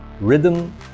Rhythm